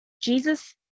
Jesus